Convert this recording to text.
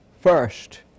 First